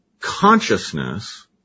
consciousness